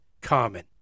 common